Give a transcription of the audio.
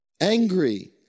Angry